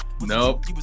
Nope